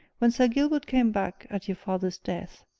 when sir gilbert came back at your father's death,